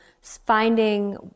finding